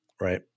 right